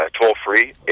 toll-free